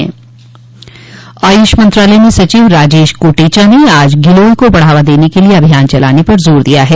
आयुष मंत्रालय में सचिव राजेश कोटेचा ने आज गिलोय को बढ़ावा देने के लिए अभियान चलाने पर जोर दिया है